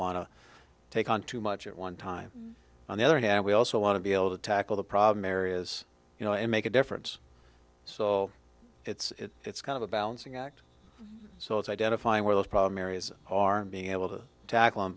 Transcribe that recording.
to take on too much at one time on the other hand we also want to be able to tackle the problem areas you know and make a difference so it's kind of a balancing act so it's identifying where the problem areas are being able to tackle